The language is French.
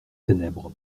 ténèbres